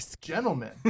gentlemen